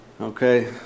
Okay